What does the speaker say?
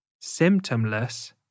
symptomless